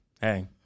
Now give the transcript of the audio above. Hey